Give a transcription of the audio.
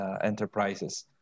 enterprises